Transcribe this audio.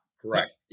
Correct